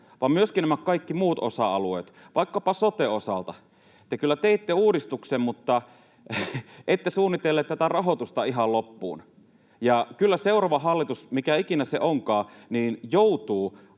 vaan myöskin näiden kaikkien muiden osa-alueiden, vaikkapa soten, osalta. Te kyllä teitte uudistuksen, mutta ette suunnitelleet tätä rahoitusta ihan loppuun. Ja kyllä seuraava hallitus — mikä ikinä se onkaan — joutuu